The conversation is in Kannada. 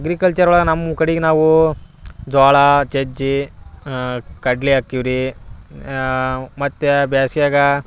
ಅಗ್ರಿಕಲ್ಚರ್ ಒಳಗೆ ನಮ್ಮ ಕಡೆಗೆ ನಾವೂ ಜೋಳ ಜಜ್ಜಿ ಕಡಲೇ ಹಾಕೀವಿ ರೀ ಮತ್ತು ಬ್ಯಾಸ್ಗೆಗ